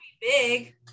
big